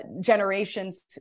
generations